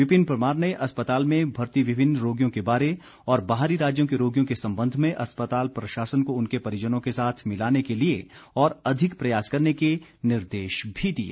विपिन परमार ने अस्पताल में भर्ती विभिन्न रोगियों के बारे और बाहरी राज्यों के रोगियों के संबंध में अस्पताल प्रशासन को उनके परिजनों के साथ मिलाने के लिए और अधिक प्रयास करने के निर्देश भी दिए